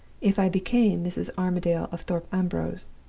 if i became mrs. armadale of thorpe ambrose.